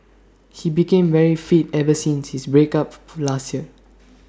he became very fit ever since his break up last year